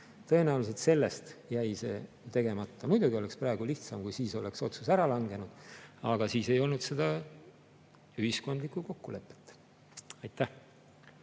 Tõenäoliselt sellepärast jäi see tegemata. Muidugi oleks praegu lihtsam, kui siis oleks otsus langenud. Aga siis ei olnud seda ühiskondlikku kokkulepet. Aitäh